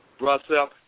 Russell